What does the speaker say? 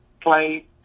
play